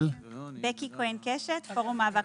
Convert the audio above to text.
שלום, אני מהפורום למאבק